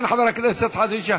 כן, חבר הכנסת חאג' יחיא.